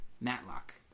Matlock